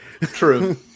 True